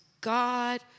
God